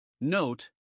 Note